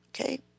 Okay